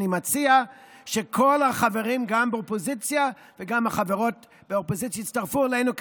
אני מציע שכל החברים באופוזיציה וגם החברות באופוזיציה יצטרפו אלינו,